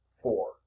four